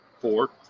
Four